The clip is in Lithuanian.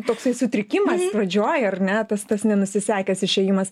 toksai sutrikimas pradžioj ar net astas nenusisekęs išėjimas